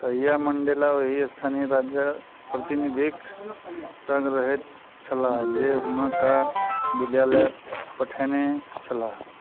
तहिया मण्डेला ओहि स्थानीय राज प्रतिनिधिक सङ्ग रहैत छलाह जे हुनका बिद्यालय पठौने छलाह